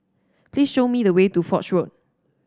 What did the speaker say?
please show me the way to Foch Road